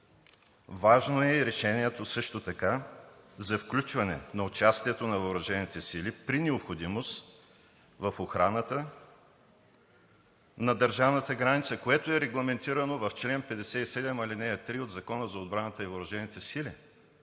Важно е и решението също така за включването на участието на въоръжените сили при необходимост в охраната на държавната граница, което е регламентирано в чл. 57, ал. 3 от Закона за отбраната и въоръжените сили,